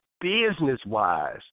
business-wise